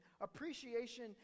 appreciation